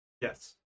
Yes